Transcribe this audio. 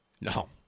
No